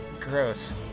Gross